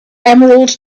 emerald